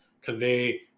convey